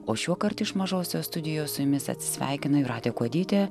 o šiuokart iš mažosios studijos su jumis atsisveikina jūratė kuodytė